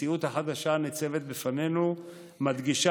המציאות החדשה הניצבת בפנינו מדגישה